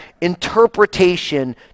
interpretation